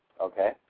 Okay